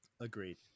Agreed